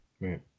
Right